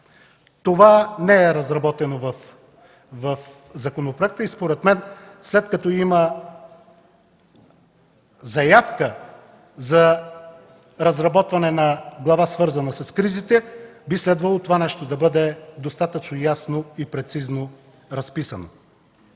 Това не е разработено в законопроекта и според мен, след като има заявка за разработване на глава, свързана с кризите, би следвало това нещо да бъде достатъчно ясно и прецизно разписано.